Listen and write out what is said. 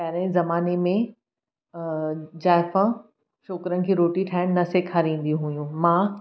पहिरें ज़माने में जाइफ़ा छोकिरनि खे रोटी ठाहिणु न सेखारींदीयूं हुयूं मां